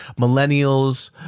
millennials